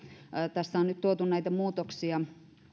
tässä on nyt tuotu näitä muutoksia